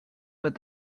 with